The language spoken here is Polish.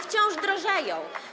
Wciąż drożeją.